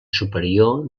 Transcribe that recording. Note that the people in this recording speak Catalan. superior